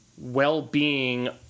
well-being